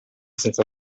senza